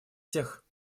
всех